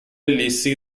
ellissi